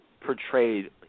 portrayed